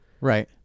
Right